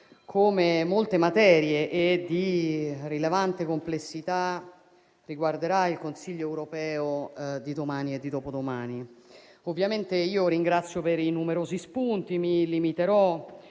come molte materie e di rilevante complessità riguarderà il Consiglio europeo di domani e di dopodomani. Ovviamente ringrazio per i numerosi spunti e mi limiterò,